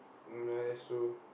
ya that's true